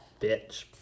Bitch